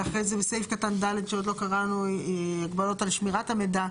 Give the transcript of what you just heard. ואחרי זה בסעיף קטן (ד) שעוד לא קראנו הגבלות על שמירת המידע.